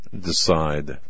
decide